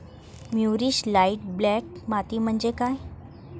मूरिश light black माती म्हणजे काय?